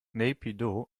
naypyidaw